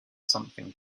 something